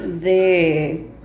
de